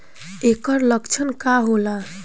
ऐकर लक्षण का होला?